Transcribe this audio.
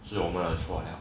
是我们的错了